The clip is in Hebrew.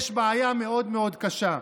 יש בעיה מאוד מאוד קשה.